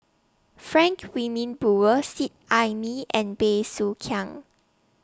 Frank Wilmin Brewer Seet Ai Mee and Bey Soo Khiang